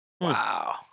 Wow